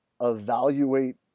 evaluate